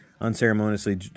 unceremoniously